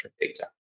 data